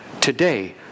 today